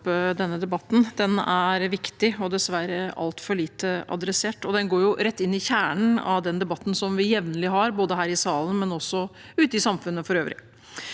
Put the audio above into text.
Den er viktig og dessverre altfor lite tatt opp. Den går rett inn i kjernen av den debatten som vi jevnlig har, både her i salen og også ute i samfunnet for øvrig.